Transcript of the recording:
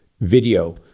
video